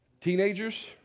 Teenagers